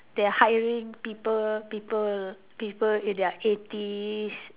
they are hiring people people people in their eighties